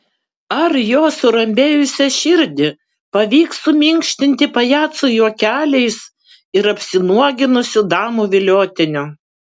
ar jo surambėjusią širdį pavyks suminkštinti pajacų juokeliais ir apsinuoginusių damų viliotiniu